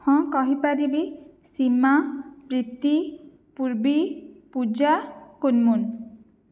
ହଁ କହିପାରିବି ସୀମା ପ୍ରୀତି ପୂରବୀ ପୂଜା କୁନ୍ମୁନ୍